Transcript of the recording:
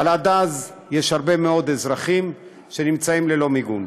אבל עד אז יש הרבה מאוד אזרחים שנמצאים ללא מיגון.